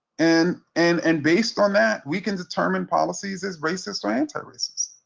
and and and based on that, we can determine policies as racist or anti-racist.